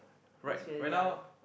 cause we're young